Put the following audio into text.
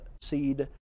seed